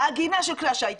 העגינה של כלי השיט,